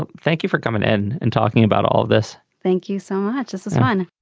um thank you for coming in and talking about all of this. thank you so much. this is one